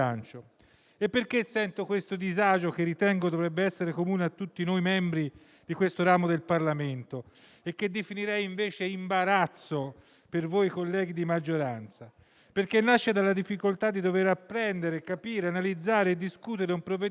Perché sento questo disagio, che ritengo dovrebbe essere comune a tutti noi membri di questo ramo del Parlamento, e che definirei invece imbarazzo per voi colleghi di maggioranza? Il mio disagio nasce dalla difficoltà di dover apprendere, capire, analizzare e discutere un provvedimento